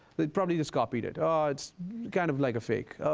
they probably just copied it. ah it's kind of like a fake.